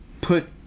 put